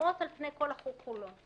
פזורים על פני כל החוק כולו,